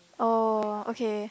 oh okay